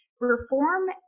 Reform